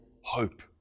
hope